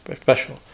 special